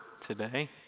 today